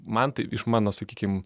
man tai iš mano sakykim